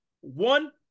One